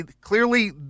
Clearly